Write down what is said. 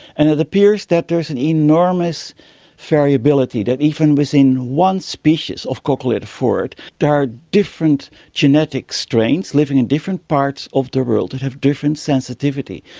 and it appears that there is an enormous variability, that even within one species of coccolithophorid there are different genetic strains living in different parts of the world that have different sensitivity.